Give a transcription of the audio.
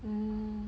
mm